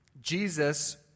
Jesus